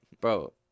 bro